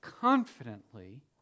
confidently